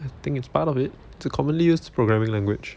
I think it's part of it it's a commonly used programming language